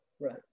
Right